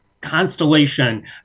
constellation